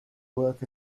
work